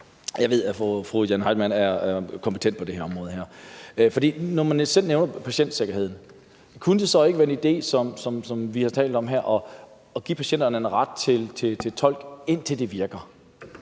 Jeg ved, at fru Jane Heitmann er kompetent på det område her. For når man selv nævner patientsikkerheden, kunne det så ikke være en idé, som vi har talt om her, at give patienterne en ret til tolk, indtil det virker?